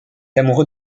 amoureux